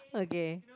okay